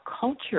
culture